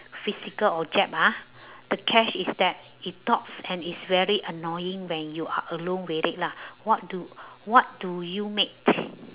physical object ah the catch is that it talks and it's very annoying when you are alone with it lah what do what do you make